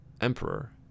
Emperor